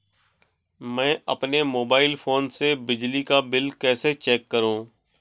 मैं अपने mobile phone से बिजली का बिल कैसे चेक करूं?